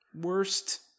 worst